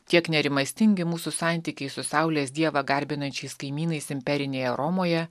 tiek nerimastingi mūsų santykiai su saulės dievą garbinančiais kaimynais imperinėje romoje